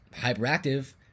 hyperactive